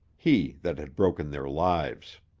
he that had broken their lives?